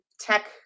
tech